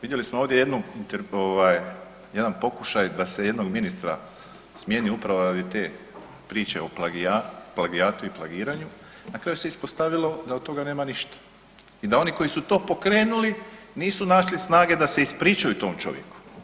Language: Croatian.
Vidjeli smo ovdje jednu ovaj jedan pokušaj da se jednog ministra smjeni upravo radi te priče o plagijatu i plagiranju na kraju se ispostavilo da od toga nema ništa i da oni koji su to pokrenuli nisu našli snage da se ispričaju tom čovjeku.